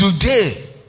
today